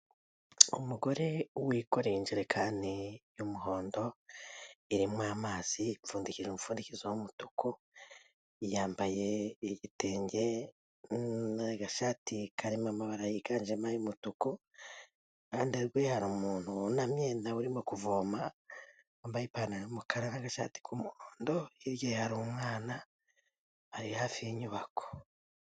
Umugore wikoreye injerekani y'umuhondo, irimo amazi, ipfundikije umupfundikizo w'umutuku, yambaye igitenge n'agashati karimo amabara yiganjemo ay'umutuku, iruhande rwe hari umuntu wunamye nawe urimo kuvoma, yambaye ipantaro y'umukara n'agashati k'umuhondo, hirya hari umwana ari hafi y'inyubako.